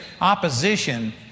opposition